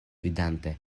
vidante